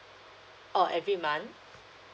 oh every month